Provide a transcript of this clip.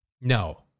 no